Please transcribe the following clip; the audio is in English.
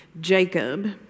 Jacob